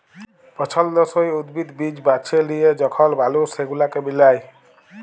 পছল্দসই উদ্ভিদ, বীজ বাছে লিয়ে যখল মালুস সেগুলাকে মিলায়